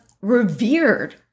revered